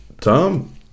Tom